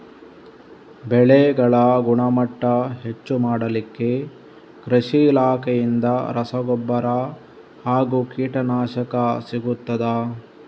ಬೆಳೆಗಳ ಗುಣಮಟ್ಟ ಹೆಚ್ಚು ಮಾಡಲಿಕ್ಕೆ ಕೃಷಿ ಇಲಾಖೆಯಿಂದ ರಸಗೊಬ್ಬರ ಹಾಗೂ ಕೀಟನಾಶಕ ಸಿಗುತ್ತದಾ?